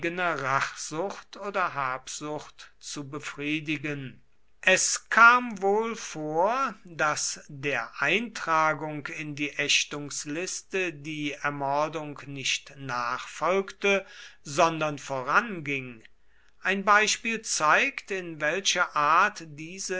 rachsucht oder habsucht zu befriedigen es kam wohl vor daß der eintragung in die ächtungsliste die ermordung nicht nachfolgte sondern voranging ein beispiel zeigt in welcher art diese